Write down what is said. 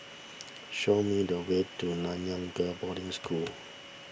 show me the way to Nanyang Girls' Boarding School